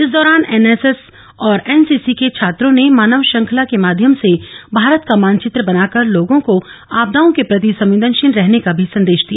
इस दौरान एनएसएस और एनसीसी के छात्रों ने मानव श्रंखला के माध्यम से भारत का मानवित्र बनाकर लोगों को आपदाओं के प्रति संवेदनशील रहने का संदेश भी दिया